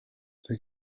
the